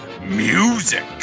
music